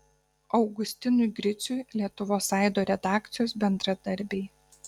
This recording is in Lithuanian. augustinui griciui lietuvos aido redakcijos bendradarbiai